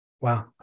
Wow